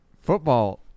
Football